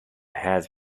has